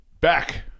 Back